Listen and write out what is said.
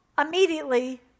immediately